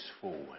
forward